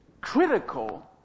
critical